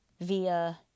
via